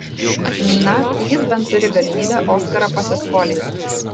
na jis bent turi galimybę oskarą pasiskolinti